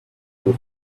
who